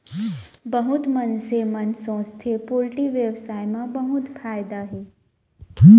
बहुत मनसे मन सोचथें पोल्टी बेवसाय म बहुत फायदा हे